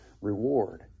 reward